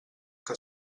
que